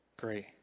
Great